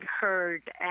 heard